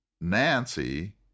Nancy